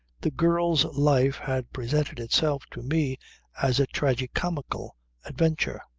the girl's life had presented itself to me as a tragi-comical adventure,